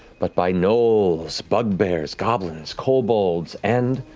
but by gnolls, bugbears, goblins, kobolds, and,